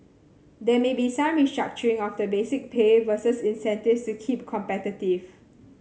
there may be some restructuring of the basic pay versus incentives to keep competitive